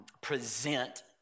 present